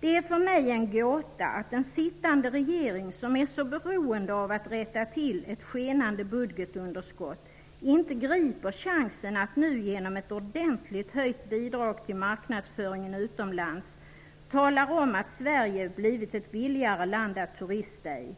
Det är för mig en gåta att den sittande regeringen, som är så beroende av att rätta till ett skenande budgetunderskott, inte griper chansen att nu genom ett ordentligt ökat bidrag till marknadsföringen utomlands talar om att Sverige blivit ett billigare land att turista i.